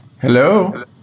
hello